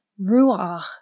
ruach